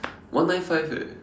one nine five eh